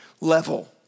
level